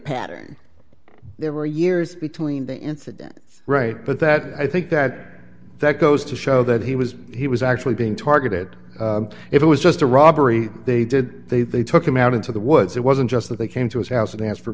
pattern there were years between the incidents right but that i think that that goes to show that he was he was actually being targeted it was just a robbery they did they they took him out into the woods it wasn't just that they came to his house and asked for